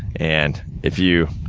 and, if you,